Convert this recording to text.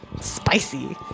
Spicy